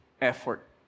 effort